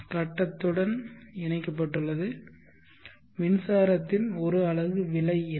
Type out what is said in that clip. கட்டத்துடன் இணைக்கப்பட்டுள்ளது மின்சாரத்தின் 1 அலகு விலை என்ன